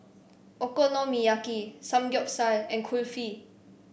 Okonomiyaki Samgeyopsal and Kulfi